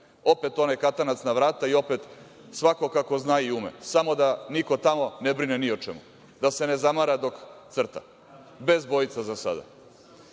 Opet onaj katanac na vrata i opet svako kako zna i ume. Samo da niko tamo ne brine ni o čemu, da se ne zamara dok crta, bez bojica za